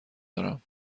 دارم